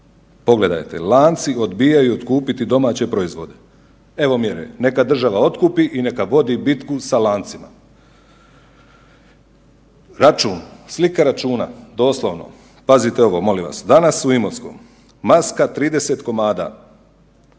Pogledajte, lanci odbijaju otkupiti domaće proizvode. Evo mjere, neka država otkupi i neka vodi bitku sa lancima. Račun, slika računa doslovno, pazite ovo molim vas, danas u Imotskom maska 30 komada